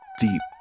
deep